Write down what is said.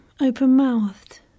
open-mouthed